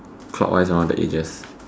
clockwise around the edges